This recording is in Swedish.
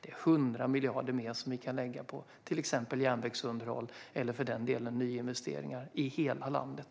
Det är 100 miljarder mer som vi kan lägga på till exempel järnvägsunderhåll eller, för den delen, på nyinvesteringar i hela landet.